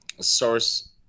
source